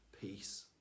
peace